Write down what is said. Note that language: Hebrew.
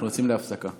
אנחנו יוצאים להפסקה.